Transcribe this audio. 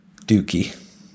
Dookie